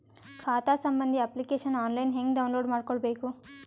ಖಾತಾ ಸಂಬಂಧಿ application online ಹೆಂಗ್ ಡೌನ್ಲೋಡ್ ಮಾಡಿಕೊಳ್ಳಬೇಕು?